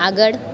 આગળ